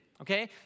okay